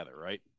right